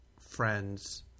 friends